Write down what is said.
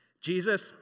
Jesus